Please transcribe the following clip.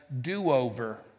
do-over